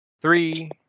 three